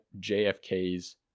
JFK's